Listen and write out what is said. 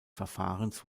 verfahrens